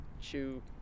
chew